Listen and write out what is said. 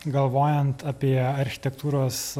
galvojant apie architektūros